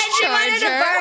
charger